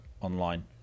online